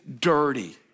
dirty